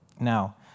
Now